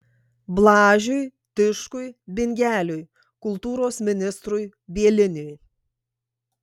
blažiui tiškui bingeliui kultūros ministrui bieliniui